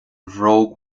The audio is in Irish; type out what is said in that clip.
bhróg